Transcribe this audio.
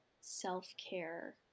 self-care